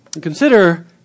Consider